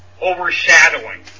overshadowing